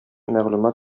мәгълүмат